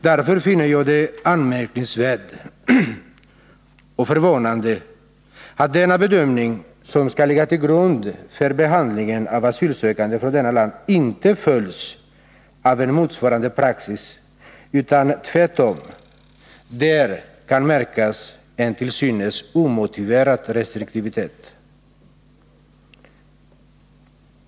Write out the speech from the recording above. Därför finner jag det anmärkningsvärt och förvånande att denna bedömning, som skall ligga till grund för behandlingen av asylsökande från detta land, inte följs av en motsvarande praxis, utan att det där tvärtom kan märkas en till synes omotiverad restriktivitet.